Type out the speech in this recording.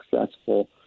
successful